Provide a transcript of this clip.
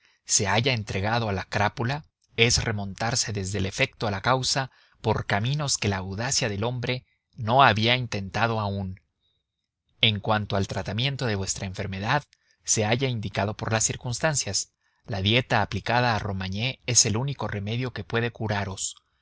se halla entregado a la crápula es remontarse desde el efecto a la causa por caminos que la audacia del hombre no había intentado aún en cuanto al tratamiento de vuestra enfermedad se halla indicado por las circunstancias la dieta aplicada a romagné es el único remedio que puede curaros la